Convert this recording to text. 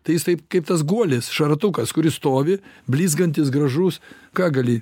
tai jis taip kaip tas guolis šaratukas kuris stovi blizgantis gražus ką gali